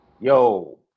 yo